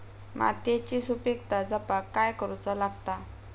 मातीयेची सुपीकता जपाक काय करूचा लागता?